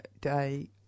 Day